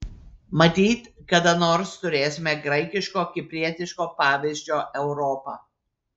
matyt kada nors turėsime graikiško kiprietiško pavyzdžio europą